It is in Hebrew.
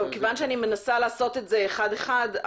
כיוון שאני מנסה לעשות את זה אחד אחד,